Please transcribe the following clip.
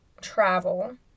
travel